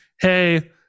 hey